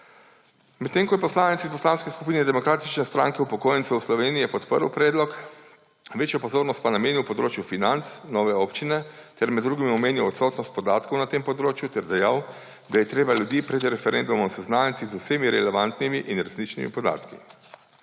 Medtem ko je poslanec iz Poslanske skupine Demokratične stranke upokojencev Slovenije podprl predlog, večjo pozornost pa namenil področju financ nove občine ter med drugim omenjal odsotnost podatkov na tem področju ter dejal, da je treba ljudi pred referendumom seznaniti z vsemi relevantnimi in resničnimi podatki.